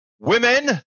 women